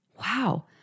Wow